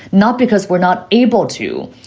not because we're not able to,